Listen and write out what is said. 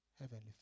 Heavenly